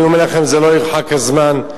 אני אומר לכם שלא ירחק הזמן,